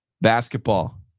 basketball